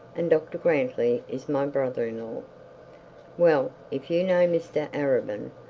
and dr grantly is my brother-in-law well if you know mr arabin,